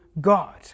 God